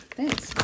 Thanks